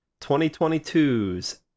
2022's